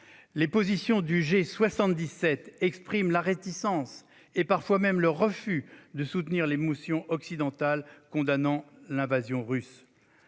Les positions du G77 expriment la réticence et, parfois, le refus de soutenir les motions occidentales condamnant l'invasion russe.